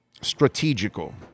strategical